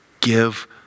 give